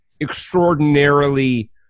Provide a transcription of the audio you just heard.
extraordinarily